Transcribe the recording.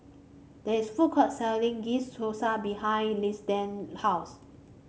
there is food court selling Ghee's Thosai behind house